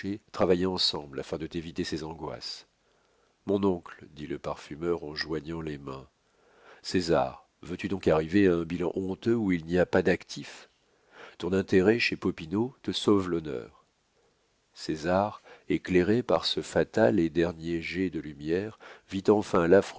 travailler ensemble afin de t'éviter ces angoisses mon oncle dit le parfumeur en joignant les mains césar veux-tu donc arriver à un bilan honteux où il n'y ait pas d'actif ton intérêt chez popinot te sauve l'honneur césar éclairé par ce fatal et dernier jet de lumière vit enfin l'affreuse